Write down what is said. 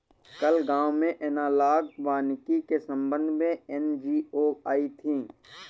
कल गांव में एनालॉग वानिकी के संबंध में एन.जी.ओ आई थी